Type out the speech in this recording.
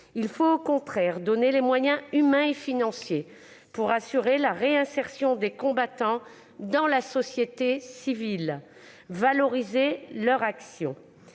Il faut, au contraire, donner les moyens humains et financiers pour assurer la réinsertion des combattants dans la société civile et valoriser leur action.